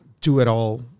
do-it-all